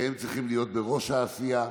שהם צריכים להיות בראש העשייה.